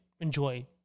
enjoy